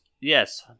Yes